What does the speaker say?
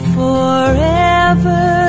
forever